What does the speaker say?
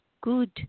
good